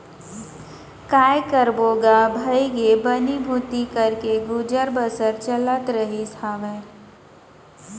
काय करबो गा भइगे बनी भूथी करके गुजर बसर चलत रहिस हावय